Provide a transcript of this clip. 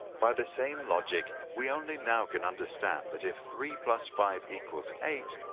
by the same logic, we only now can understand that if three plus five equals eight,